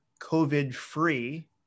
COVID-free